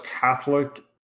Catholic